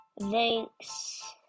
Thanks